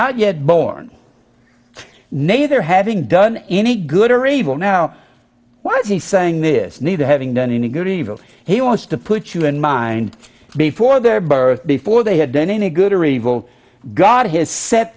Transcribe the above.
yet born neither having done any good or evil now why is he saying this neither having done any good evil he wants to put you in mind before their birth before they have done any good or evil god has set